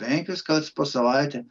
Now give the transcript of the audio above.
penkis kartus per savaitę